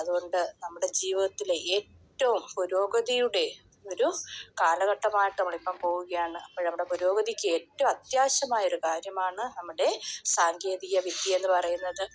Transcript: അതുകൊണ്ട് നമ്മുടെ ജീവിതത്തിലെ ഏറ്റവും പുരോഗതിയുടെ ഒരു കാലഘട്ടമായിട്ട് നമ്മൾ ഇപ്പം പോവുകയാണ് അപ്പം അവിടെ പുരോഗതിക്ക് ഏറ്റവും അത്യാവശ്യമായൊരു കാര്യമാണ് നമ്മുടെ സാങ്കേതിക വിദ്യ എന്ന് പറയുന്നത്